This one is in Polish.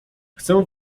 chcę